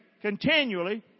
continually